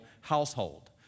household